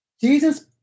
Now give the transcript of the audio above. Jesus